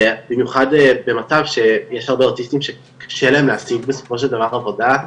במיוחד במצב שיש הרבה אוטיסטים שקשה להם להשיג בסופו של דבר עבודה,